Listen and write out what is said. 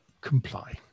comply